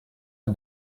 est